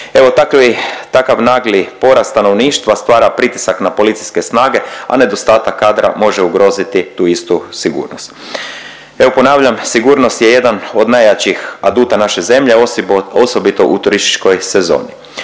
takvi, takav nagli porast stanovništva stvara pritisak na policijske snage, a nedostatak kadra može ugroziti tu istu sigurnost. Evo ponavljam sigurnost je jedan od najjačih aduta naše zemlje osibu… osobito u turističkoj sezoni.